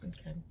okay